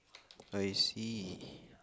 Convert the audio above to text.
I see